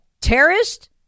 terrorist